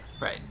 Right